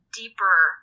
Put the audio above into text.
deeper